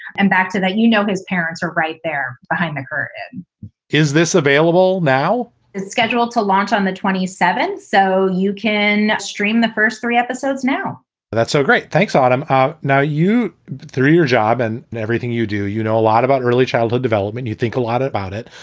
and back to that, you know, his parents are right there behind her is this available now? it's scheduled to launch on the twenty seven so you can stream the first three episodes now that's so great. thanks, autumn. ah now, you but threw your job and and everything you do. you know a lot about early childhood development. you think a lot about it.